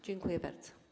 Dziękuję bardzo.